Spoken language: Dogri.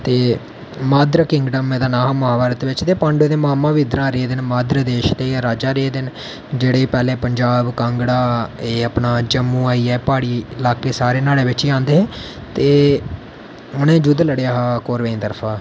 ते माधर किंगडम एह्दा नांऽ हा महाभारत बिच ते पांडवें दे मामा बी इद्धरा रेह् दे माधर देश दे राजा रेह् दे न जेह्ड़े पैह्लें पंजाब कांगड़ा एह् अपना जम्मू आइया प्हाड़ी ल्हाके सारे न्हाड़े बिच गै आंदे हे ते उनें युद्ध लड़ेआ हा कौरवें दी तरफा